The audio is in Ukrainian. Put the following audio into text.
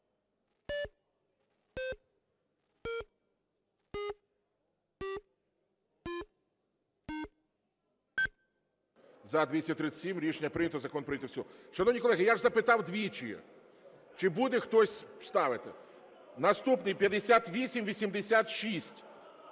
За-237 Рішення прийнято. Закон прийнятий в цілому. Шановні колеги, я запитав двічі, чи буде хтось ставити. Наступний – 5886.